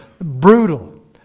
brutal